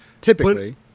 Typically